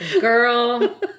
girl